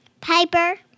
Piper